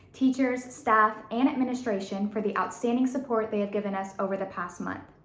teachers, staff, and administration for the outstanding support they have given us over the past month.